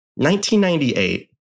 1998